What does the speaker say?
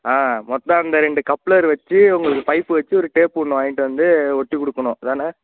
ஆ மொத்தம் அந்த ரெண்டு கப்லர் வச்சு உங்களுக்கு பைப் வச்சு ஒரு டேப் ஒன்று வாங்கிட்டு வந்து ஒட்டி கொடுக்கணும் இதானே